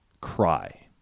cry